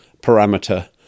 parameter